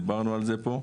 דיברנו על זה פה,